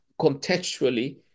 contextually